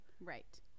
Right